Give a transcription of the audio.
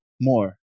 More